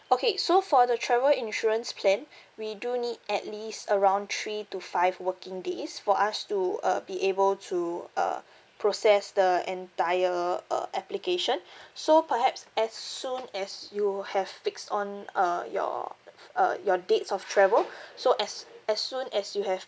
okay so for the travel insurance plan we do need at least around three to five working days for us to uh be able to uh process the entire uh application so perhaps as soon as you have fix on uh your uh f~ uh your dates of travel so as as soon as you have